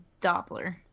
Doppler